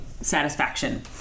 satisfaction